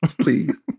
Please